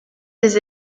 des